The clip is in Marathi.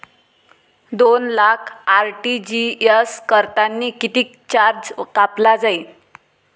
दोन लाख आर.टी.जी.एस करतांनी कितीक चार्ज कापला जाईन?